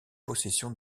possession